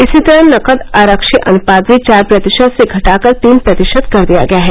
इसी तरह नकद आरक्षी अनुपात भी चार प्रतिशत से घटा कर तीन प्रतिशत कर दिया गया है